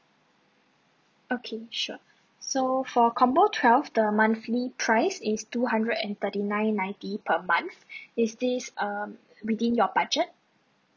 okay sure so for combo twelve the monthly price is two hundred and thirty nine ninety per month is this um within your budget